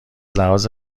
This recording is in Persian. لحاظ